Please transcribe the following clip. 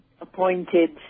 appointed